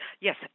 yes